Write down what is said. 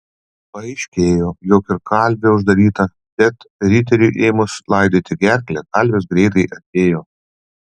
paaiškėjo jog ir kalvė uždaryta bet riteriui ėmus laidyti gerklę kalvis greitai atėjo